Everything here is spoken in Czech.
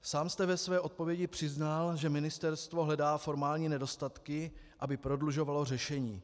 Sám jste ve své odpovědi přiznal, že ministerstvo hledá formální nedostatky, aby prodlužovalo řešení.